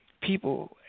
people